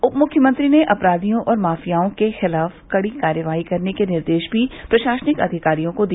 उप मुख्यमंत्री ने अपराधियों और माफियाओं के खिलाफ कड़ी कार्रवाई करने का निर्देश भी प्रशासनिक अधिकारियों को दिया